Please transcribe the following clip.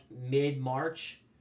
mid-March